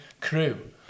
crew